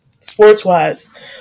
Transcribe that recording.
sports-wise